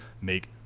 make